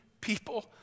people